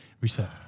Reset